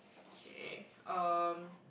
K um